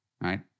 right